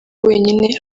wenyine